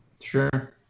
Sure